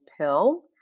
pill